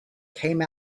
came